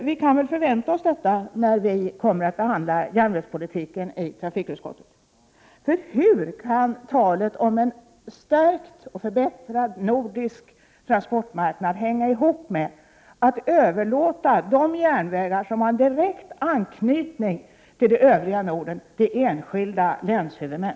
Vi kan väl förvänta oss detta när vi skall behandla järnvägspolitiken i trafikutskottet? För hur kan talet om en stärkt och förbättrad nordisk transportmarknad hänga ihop med att man till enskilda länshuvudmän skall överlåta de järnvägar som har direkt anknytning till det övriga Norden?